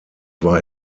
war